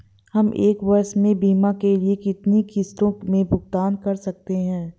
हम एक वर्ष में बीमा के लिए कितनी किश्तों में भुगतान कर सकते हैं?